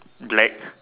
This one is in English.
black